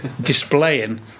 displaying